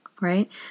right